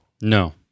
No